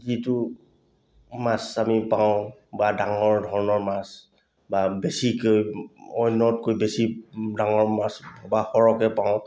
যিটো মাছ আমি পাওঁ বা ডাঙৰ ধৰণৰ মাছ বা বেছিকৈ অন্যতকৈ বেছি ডাঙৰ মাছ বা সৰহকৈ পাওঁ